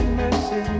mercy